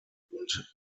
und